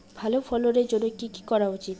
ভালো ফলনের জন্য কি কি করা উচিৎ?